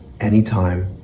anytime